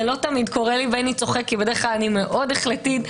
בדרך כלל אני מאוד החלטית,